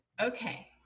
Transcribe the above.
Okay